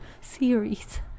series